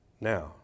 Now